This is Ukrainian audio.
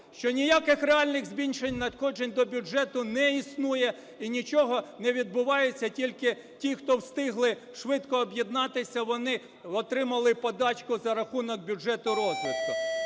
що ніяких реальних збільшень надходжень до бюджету не існує і нічого не відбувається. Тільки ті, хто встигли швидко об'єднатися, вони отримали подачку за рахунок бюджету розвитку.